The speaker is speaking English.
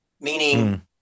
meaning